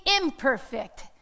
imperfect